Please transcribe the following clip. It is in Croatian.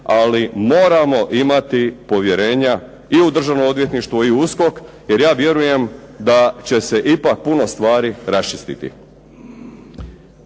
Ali moramo imati povjerenja i u Državno odvjetništvo i u USKOK, jer ja vjerujem da će se ipak puno stvari raščistiti.